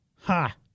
Ha